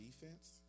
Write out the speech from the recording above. defense